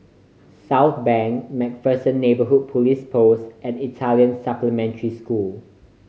Southbank Macpherson Neighbourhood Police Post and Italian Supplementary School